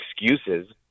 excuses